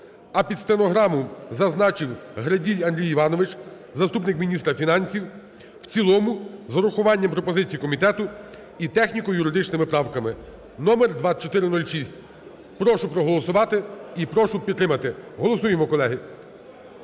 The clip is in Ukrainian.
а під стенограму зазначив Граділь Андрій Іванович, заступник міністра фінансів, в цілому, з урахуванням пропозицій комітету і техніко-юридичними правками (номер 2406). Прошу проголосувати і прошу підтримати. Голосуємо, колеги.